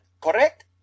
correct